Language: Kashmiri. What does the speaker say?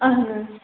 اہن حظ